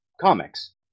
comics